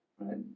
right